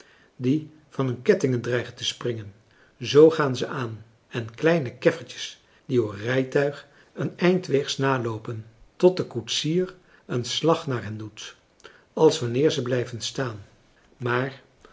die van hun kettingen dreigen te springen zoo gaan ze aan en kleine keffertjes die uw rijtuig een eind weegs naloopen tot de koetsier een slag naar hen doet als wanneer ze blijven staan maar